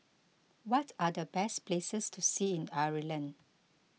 what are the best places to see in Ireland